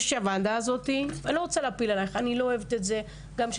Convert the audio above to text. מזרחי, את